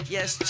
Yes